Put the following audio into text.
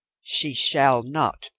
she shall not,